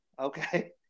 okay